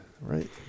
right